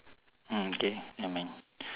mm K never mind